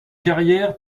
carrière